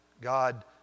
God